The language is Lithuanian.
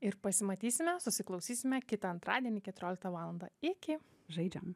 ir pasimatysime susiklausysime kitą antradienį keturioliktą valandą iki žaidžiam